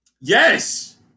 Yes